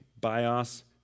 bios